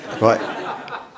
right